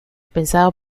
pensado